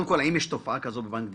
האם יש תופעה כזאת בבנק דיסקונט?